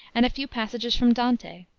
and a few passages from dante.